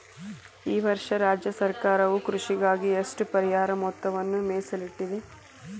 ಈ ವರ್ಷ ರಾಜ್ಯ ಸರ್ಕಾರವು ಕೃಷಿಗಾಗಿ ಎಷ್ಟು ಪರಿಹಾರ ಮೊತ್ತವನ್ನು ಮೇಸಲಿಟ್ಟಿದೆ?